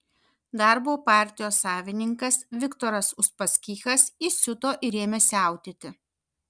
darbo partijos savininkas viktoras uspaskichas įsiuto ir ėmė siautėti